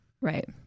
Right